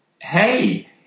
hey